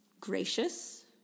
Gracious